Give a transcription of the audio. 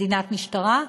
מדינת משטרה,